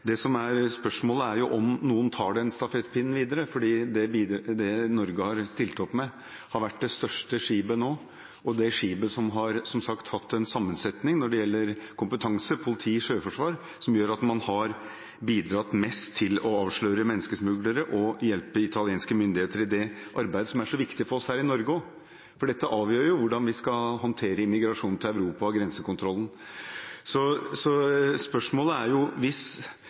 Det som er spørsmålet, er om noen tar den stafettpinnen videre, for det Norge har stilt opp med, har vært det største skipet nå. Det skipet har, som sagt, hatt en sammensetning når det gjelder kompetanse – politi og sjøforsvar – som gjør at man har bidratt mest til å avsløre menneskesmuglere og hjelpe italienske myndigheter i det arbeidet som også er så viktig for oss her i Norge. For dette avgjør jo hvordan vi skal håndtere immigrasjonen til Europa og grensekontrollen. Spørsmålet er: Hvis man er